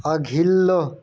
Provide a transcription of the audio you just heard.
अघिल्लो